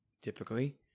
typically